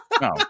no